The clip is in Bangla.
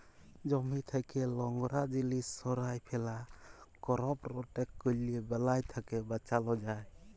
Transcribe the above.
জমি থ্যাকে লংরা জিলিস সঁরায় ফেলা, করপ রটেট ক্যরলে বালাই থ্যাকে বাঁচালো যায়